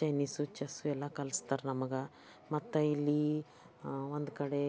Chinese chess ಎಲ್ಲ ಕಲ್ಸ್ತಾರೆ ನಮಗೆ ಮತ್ತು ಇಲ್ಲಿ ಒಂದು ಕಡೆ